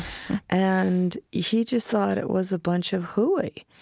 and he just thought it was a bunch of hooey.